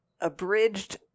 abridged